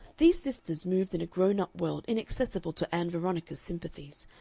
these sisters moved in a grown-up world inaccessible to ann veronica's sympathies,